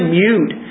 mute